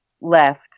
left